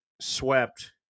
swept